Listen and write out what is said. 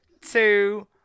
two